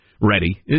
ready